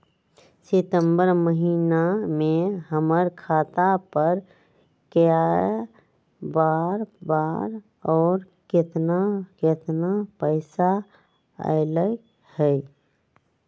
सितम्बर महीना में हमर खाता पर कय बार बार और केतना केतना पैसा अयलक ह?